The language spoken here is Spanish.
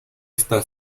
esta